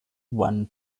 one